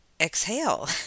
exhale